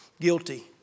guilty